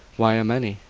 why, a many.